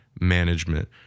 management